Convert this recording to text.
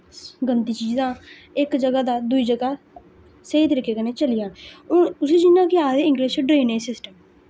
गंदी चीज़ दा इक जगह दा दुई जगह स्हेई तरीके कन्नै चली जा हून उस्सी जि'यां कि उस्सी आखदे इंगलिश च ड्रेनेज़ सिस्टम